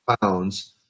pounds